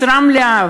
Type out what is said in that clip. משרה מלאה,